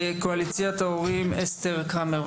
קואליציית ההורים, אסתר קרמר.